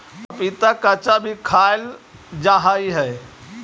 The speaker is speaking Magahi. पपीता कच्चा भी खाईल जा हाई हई